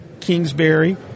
Kingsbury